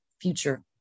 future